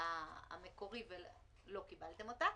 המקורי ולא קיבלתם אותה,